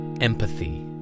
Empathy